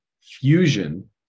fusion